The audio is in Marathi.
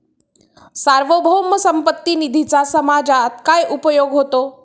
सार्वभौम संपत्ती निधीचा समाजात काय उपयोग होतो?